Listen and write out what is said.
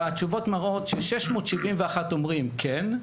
והתשובות מראות ש-671 אומרים 'כן',